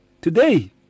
Today